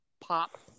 pop